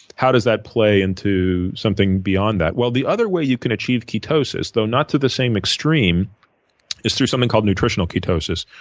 how does that play into something beyond that? well, the other way you achieve ketosis though not to the same extreme is through something called nutritional ketosis,